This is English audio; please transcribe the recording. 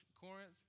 Corinth